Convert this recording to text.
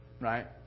Right